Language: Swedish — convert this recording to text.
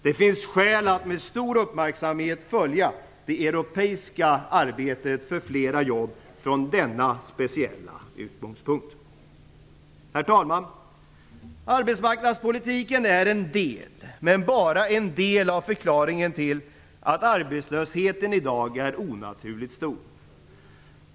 Det finns skäl att med stor uppmärksamhet följa det europeiska arbetet för flera jobb från denna speciella utgångspunkt. Herr talman! Arbetsmarknadspolitiken är en del - men bara en del - av förklaringen till att arbetslösheten i dag är onaturligt stor.